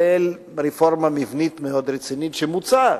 כולל ברפורמה מבנית מאוד רצינית שמוצעת,